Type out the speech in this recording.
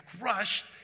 crushed